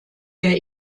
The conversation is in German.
der